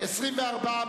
צפון ודרום),